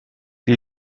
die